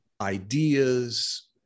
ideas